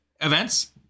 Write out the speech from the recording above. events